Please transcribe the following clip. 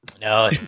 no